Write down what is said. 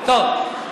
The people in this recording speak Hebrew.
טוב.